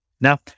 Now